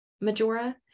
majora